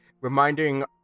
reminding